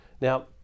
Now